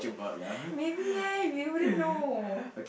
maybe eh we wouldn't know